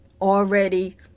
already